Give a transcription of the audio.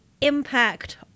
impact